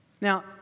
Now